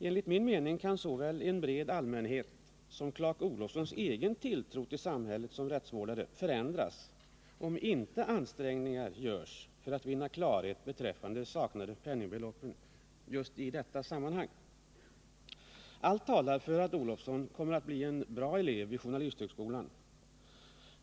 Enligt min mening kan såväl en bred allmänhets som Clark Olofssons egen tilltro till samhället som rättsvårdare förändras, om inte ansträngningar görs för att vinna klarhet beträffande de saknade penningbeloppen just i detta sammanhang. Allt talar för att Olofsson kommer att bli en bra elev vid journalisthögskolan.